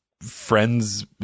friends